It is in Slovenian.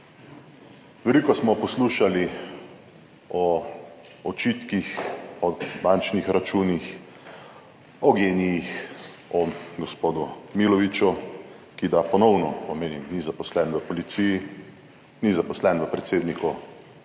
Veliko smo poslušali o očitkih, o bančnih računih, o GEN-I-jih, o gospodu Miloviću, ki da ponovno omenim, ni zaposlen v policiji, ni zaposlen v kabinetu